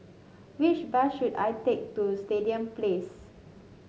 which bus should I take to Stadium Place